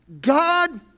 God